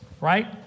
right